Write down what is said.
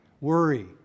worry